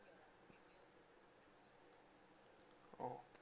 oh